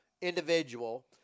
individual